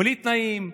בלי תנאים,